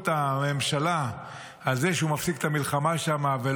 את הממשלה על זה שהוא מפסיק את המלחמה שם,